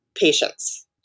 patients